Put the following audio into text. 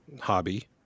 hobby